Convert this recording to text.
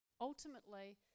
Ultimately